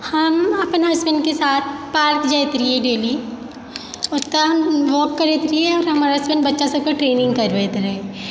हम अपन हसबैन्डके साथ पार्क जाइत रहियइ डेली ओतऽ हम वॉक करैत रहियइ हमर हसबैन्ड बच्चा सबके ट्रेनिंग करबैत रहय